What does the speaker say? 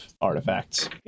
artifacts